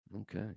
Okay